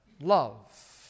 love